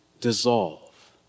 dissolve